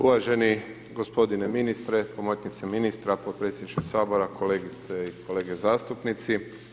Uvaženi gospodine ministre, pomoćniče ministra, potpredsjedniče Sabora, kolegice i kolege zastupnici.